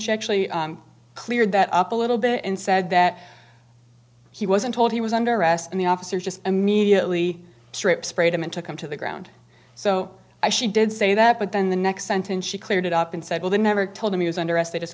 she actually cleared that up a little bit and said that he wasn't told he was under arrest and the officers just immediately stripped sprayed him and took him to the ground so i she did say that but then the next sentence she cleared it up and said well they never told him he was under arrest they just